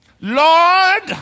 Lord